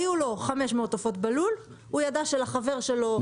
היו לו 500 עופות בלול, הוא ידע שלחבר שלו.